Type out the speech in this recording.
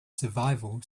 survival